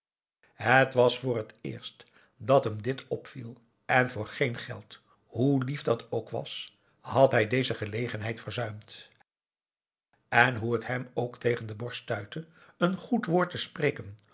het was voor het eerst dat hem dit opviel en voor geen geld hoe lief dat ook was had hij deze gelegenheid verzuimd en hoe het hem ook tegen de borst aum boe akar eel stuitte een goed woord te spreken